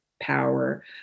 power